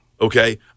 Okay